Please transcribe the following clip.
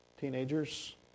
Teenagers